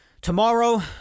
Tomorrow